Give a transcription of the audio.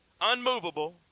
unmovable